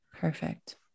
Perfect